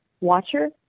watcher